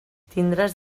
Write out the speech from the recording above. tindràs